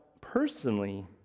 personally